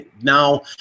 now